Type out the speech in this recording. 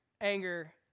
Anger